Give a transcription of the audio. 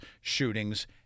shootings